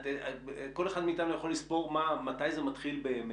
כל אחד מאתנו יכול לספור מתי זה מתחיל באמת.